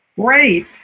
Great